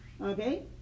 okay